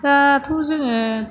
दाथ' जोङो